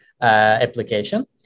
application